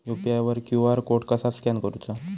UPI वर QR code कसा scan करूचा?